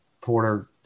Porter